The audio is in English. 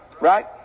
Right